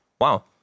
wow